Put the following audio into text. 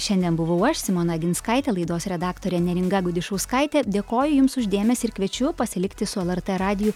šiandien buvau aš simona oginskaitė laidos redaktorė neringa gudišauskaitė dėkoju jums už dėmesį ir kviečiu pasilikti su lrt radiju